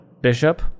Bishop